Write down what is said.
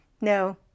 no